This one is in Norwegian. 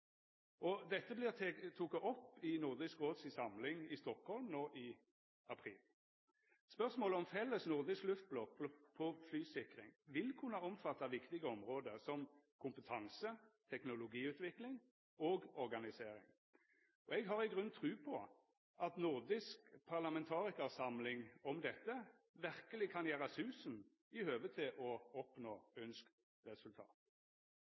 Björling. Dette vert teke opp i Nordisk Råd si samling i Stockholm no i april. Spørsmål om felles nordisk luftblokk på flysikring vil kunna omfatta viktige område som kompetanse, teknologiutvikling og organisering, og eg har i grunnen tru på at nordisk parlamentarikarsamling om dette verkeleg kan gjera susen i høve til å oppnå ønskt resultat.